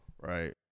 Right